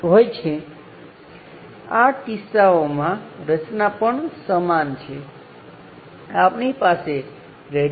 તેથી આ બંને એકબીજા સાથે સમાન છે જે હવે સૌથી રસપ્રદ બાબત પાછાં જાવ તેમ કહેવાં માંગે છે